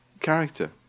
character